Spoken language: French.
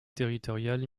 territoriales